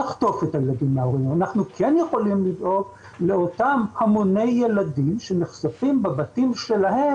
אנחנו כן יכולים לדאוג לאותם המוני ילדים שנחשפים בבתים שלהם